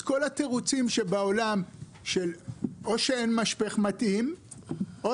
אז כל התירוצים בעולם או שאין משפך מתאים או